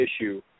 issue